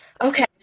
Okay